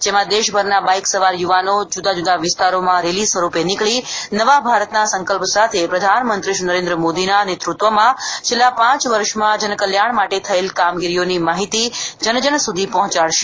જેમાં દેશભરના બાઇક સવાર યુવાનો જુદા જુદા વિસ્તારોમાં રેલી સ્વરૂપે નીકળી નવા ભારતના સંકલ્પ સાથે પ્રધાનમંત્રીશ્રી નરેન્દ્રભાઈ મોદીના નેત્રત્વમાં છેલ્લા પાંચ વર્ષમાં જનકલ્યાણ માટે થયેલ કામગીરીઓની માહિતી જનજન સુધી પહોચાડશે